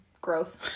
growth